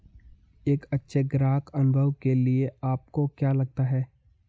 एक अच्छे ग्राहक अनुभव के लिए आपको क्या लगता है?